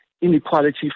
Inequality